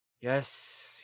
yes